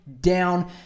down